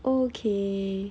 okay